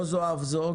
לא זו אף זו,